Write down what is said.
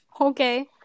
Okay